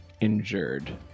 injured